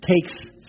takes